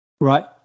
right